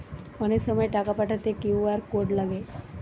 অনেক সময় টাকা পাঠাতে কিউ.আর কোড লাগে